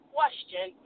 question